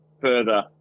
further